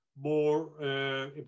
more